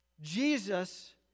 Jesus